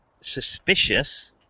suspicious